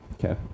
okay